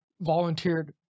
volunteered